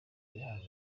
mihango